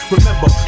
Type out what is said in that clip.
Remember